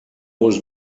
was